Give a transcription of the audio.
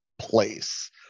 place